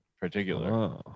particular